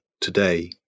today